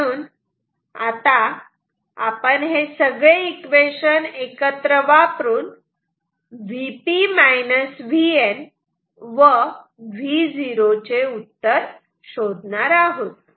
म्हणून आता आपण हे सगळे इक्वेशन एकत्र वापरून Vp Vn व Vo चे उत्तर शोधणार आहोत